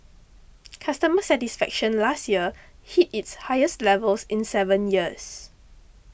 customer satisfaction last year hit its highest levels in seven years